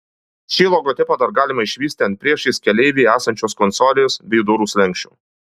šį logotipą dar galima išvysti ant priešais keleivį esančios konsolės bei durų slenksčių